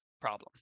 problem